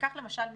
כך למשל מתלונן,